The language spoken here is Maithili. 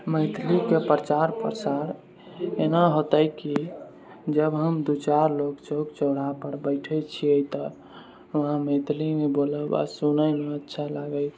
मैथिलीके प्रचार प्रसार एना होतै कि जब हम दू चारि लोग चौक चौराहापर बैठै छियै तऽ उहाँ मैथिलीमे बोलब आओर सुनैमे अच्छा लागै